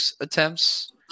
attempts